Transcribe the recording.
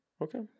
Okay